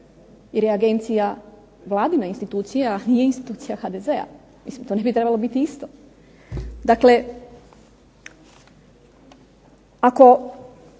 jer je Agencija vladina institucija, nije institucija HDZ-a. Mislim to ne bi trebalo biti isto. Dakle, ako